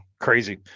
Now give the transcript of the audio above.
crazy